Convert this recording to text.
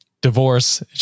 divorce